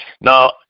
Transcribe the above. Now